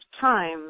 time